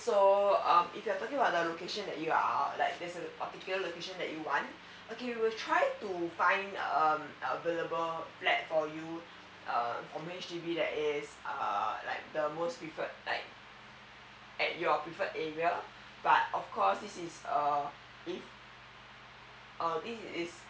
so uh if you're talking about the location that you uh like there's a particular location that you want okay we'll try to find um available flat for you um from H_D_B that is um like the most preferred type at your preferred area but of course this is uh this is